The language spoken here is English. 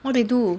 what they do